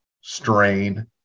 strain